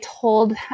told